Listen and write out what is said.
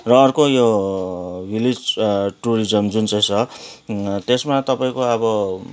र अर्को यो भिलेज टुरिजम जुन चाहिँ छ त्यसमा तपाईँको अब